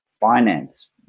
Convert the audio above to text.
finance